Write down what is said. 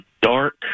dark